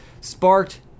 sparked